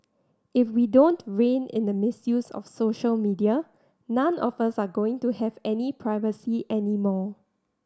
if we don't rein in the misuse of social media none of us are going to have any privacy anymore